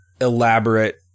elaborate